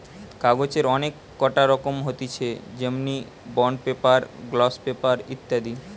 কাগজের অনেক কটা রকম হতিছে যেমনি বন্ড পেপার, গ্লস পেপার ইত্যাদি